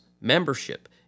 membership